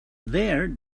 there